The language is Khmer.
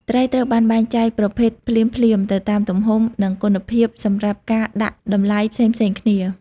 ត្រីត្រូវបាន បែងចែកប្រភេទ ភ្លាមៗទៅតាមទំហំ និងគុណភាពសម្រាប់ការដាក់តម្លៃផ្សេងៗគ្នា។